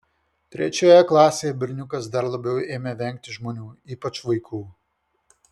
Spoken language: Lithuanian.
trečioje klasėje berniukas dar labiau ėmė vengti žmonių ypač vaikų